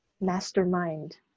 Mastermind